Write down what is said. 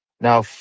Now